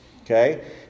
okay